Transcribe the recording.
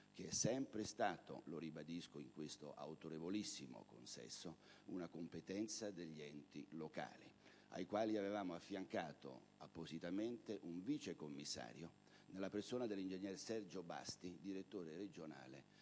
che è sempre stato - lo ribadisco davanti a questo autorevolissimo consesso - una competenza degli enti locali, ai quali avevamo affiancato appositamente un vice commissario nella persona dell'ingegner Sergio Basti, direttore regionale